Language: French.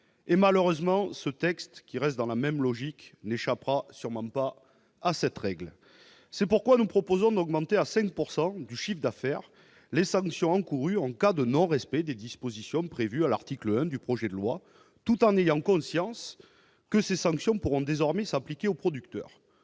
Et malheureusement, ce texte, qui s'inscrit dans la même logique, n'échappera sûrement pas à cette règle. C'est la raison pour laquelle nous proposons de porter à 5 % du chiffre d'affaires le taux des sanctions encourues en cas de non-respect des dispositions prévues à l'article 1 du projet de loi, tout en ayant conscience que ces mêmes sanctions pourront désormais s'appliquer aux producteurs.